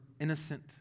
innocent